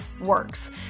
works